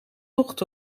tocht